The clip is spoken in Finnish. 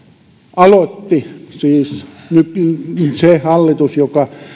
aloitti siis se hallitus joka